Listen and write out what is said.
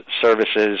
services